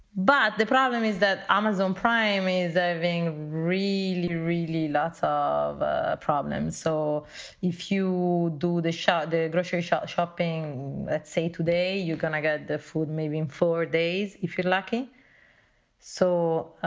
but the problem is that amazon prime is serving really, really lots um of ah problems so if you do the shot, the grocery shop shopping, let's say today you're gonna get the food maybe in four days if you're lucky so